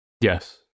Yes